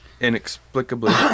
inexplicably